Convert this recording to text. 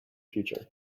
future